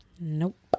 Nope